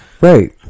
Right